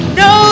no